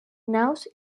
naus